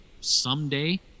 someday